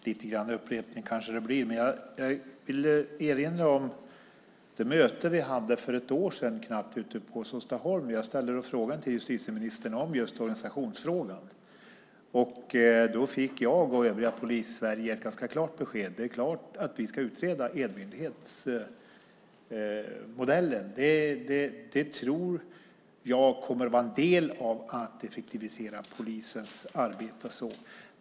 Fru talman! Det blir kanske lite upprepning nu. Men jag vill erinra om det möte som vi hade för ett knappt år sedan ute på Såstaholm. Jag ställde då frågan till justitieministern om just organisationen. Då fick jag och övriga Polissverige ett ganska klart besked om att det är klart att man ska utreda enmyndighetsmodellen. Det tror jag kommer att vara en del av att effektivisera polisens arbete.